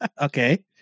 Okay